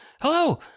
Hello